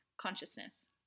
consciousness